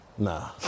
Nah